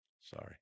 Sorry